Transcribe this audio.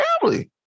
family